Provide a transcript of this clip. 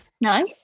Nice